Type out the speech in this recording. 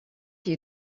you